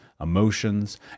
emotions